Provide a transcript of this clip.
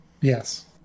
Yes